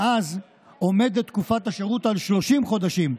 מאז עומדת תקופת השירות על 30 חודשים.